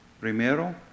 Primero